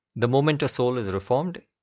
the moment a soul is reformed,